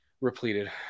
Repleted